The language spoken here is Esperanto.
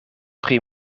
pri